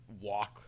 walk